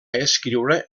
escriure